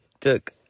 took